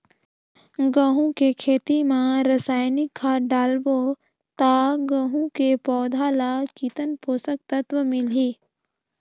गंहू के खेती मां रसायनिक खाद डालबो ता गंहू के पौधा ला कितन पोषक तत्व मिलही?